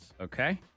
Okay